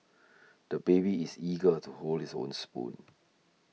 the baby is eager to hold his own spoon